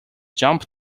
jump